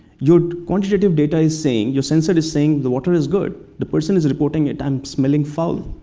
your quantitative data is saying, your sensor is saying, the water is good. the person is reporting it, i'm smelling foul.